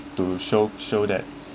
tho show show that